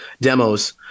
demos